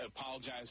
Apologize